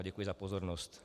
Děkuji za pozornost.